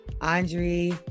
Andre